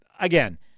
again